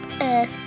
Earth